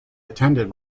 attended